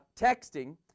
texting